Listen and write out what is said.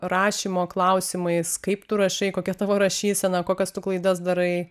rašymo klausimais kaip tu rašai kokia tavo rašysena kokias tu klaidas darai